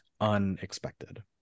unexpected